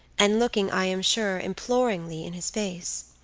and looking, i am sure, imploringly in his face.